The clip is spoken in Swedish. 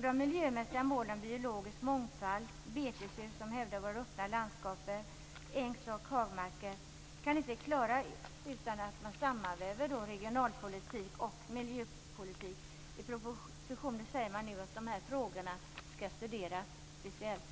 De miljömässiga målen biologisk mångfald, beten som hävdar våra öppna landskap, ängs och hagmarker kan inte klaras utan att man sammanväver regionalpolitik och miljöpolitik. I propositionen säger man nu att dessa frågor skall studeras speciellt.